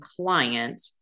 client